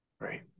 Right